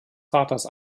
vaters